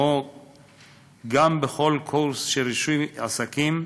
גם בכל קורס של רישוי עסקים,